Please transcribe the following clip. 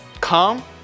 come